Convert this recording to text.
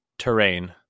terrain